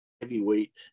Heavyweight